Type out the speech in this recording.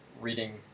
reading